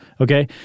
Okay